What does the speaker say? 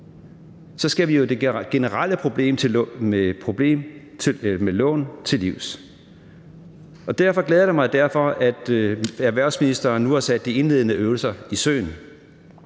så skal vi jo det generelle problem med lån til livs. Og derfor glæder det mig nu, at erhvervsministeren har sat de indledende øvelser i søen.